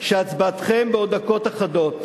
שהצבעתכם בעוד דקות אחדות